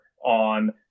on